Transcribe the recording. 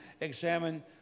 examine